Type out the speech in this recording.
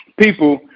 people